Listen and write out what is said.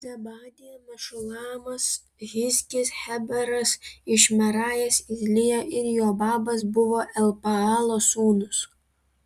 zebadija mešulamas hizkis heberas išmerajas izlija ir jobabas buvo elpaalo sūnūs